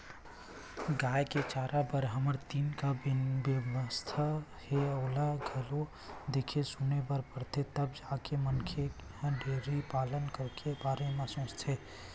गाय के चारा बर हमर तीर का का बेवस्था हे ओला घलोक देखे सुने बर परथे तब जाके मनखे ह डेयरी पालन करे के बारे म सोचथे